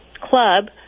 Club